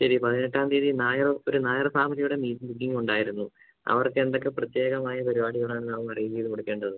ശരി പതിനെട്ടാം തീയ്യതി നായർ ഒരു നായർ ഫാമിലിയുടെ മീറ്റിഗ് ബുക്കിംഗ് ഉണ്ടായിരുന്നു അവർക്ക് എന്തൊക്കെ പ്രത്യേകമായ പരിപാടികളാണ് നാം അറേഞ്ച് ചെയ്ത് കൊടുക്കേണ്ടത്